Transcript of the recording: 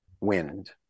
wind